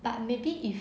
but maybe if